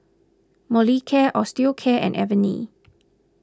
Molicare Osteocare and Avene